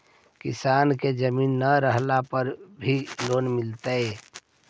किसान के जमीन न रहला पर भी लोन मिलतइ?